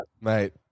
Mate